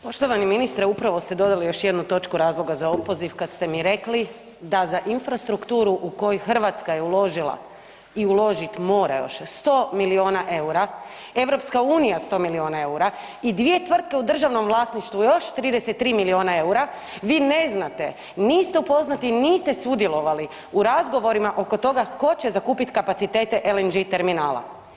Poštovani ministre upravo ste dodali još jednu točku razloga za opoziv kad ste mi rekli da za infrastrukturu u koju Hrvatska je uložila i uložit mora još 100 miliona EUR-a, EU 100 miliona EUR-a i dvije tvrtke u državnom vlasništvu još 33 miliona EUR-a vi ne znate, niste upoznati, niste sudjelovali u razgovorima oko toga tko će zakupiti kapacitete LNG terminala.